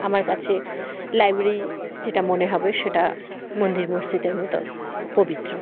আমার কাছে লাইব্রেরি যেটা মনে হবে সেটা মন্দির মসজিদের মতো পবিত্র